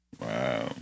Wow